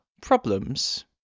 problems